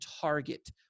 target